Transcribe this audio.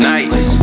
Nights